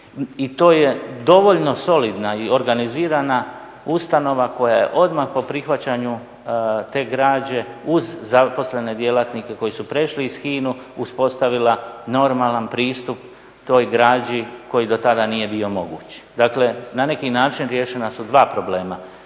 i to je dovoljno solidna i organizirana ustanova koja je odmah po prihvaćanju te građe uz zaposlene djelatnike koji su prešli iz HINA-e uspostavila normalan pristup toj građi koji do tada nije bio moguć. Dakle, na neki način riješena su dva problema,